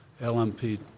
LMP